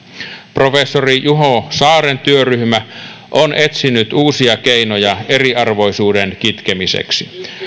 professori juho saaren työryhmä on etsinyt uusia keinoja eriarvoisuuden kitkemiseksi